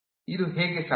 ಇದು ಹೇಗೆ ಸಾಧ್ಯ